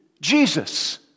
Jesus